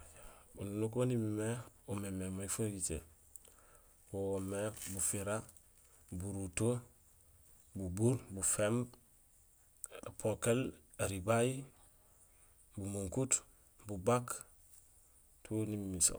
Ununuk waan umimé umémééŋ may faritee, wo woomé bufira, buruto, bubuur, bufééb, épokél éribay, bumunkuut, bubaak tout nimiir so.